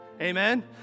amen